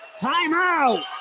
Timeout